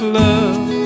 love